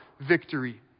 victory